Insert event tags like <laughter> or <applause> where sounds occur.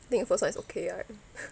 think the first one is okay right <noise>